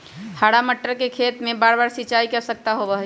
हरा मटर के खेत में बारबार सिंचाई के आवश्यकता होबा हई